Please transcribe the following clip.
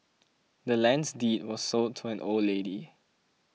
the land's deed was sold to an old lady